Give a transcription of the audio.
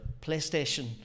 PlayStation